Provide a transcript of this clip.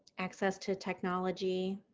access to technology.